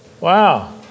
Wow